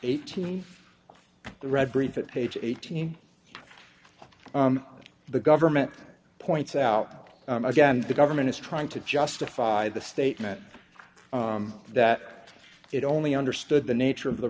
eighteen read brief at page eighteen the government points out again the government is trying to justify the statement that it only understood the nature of the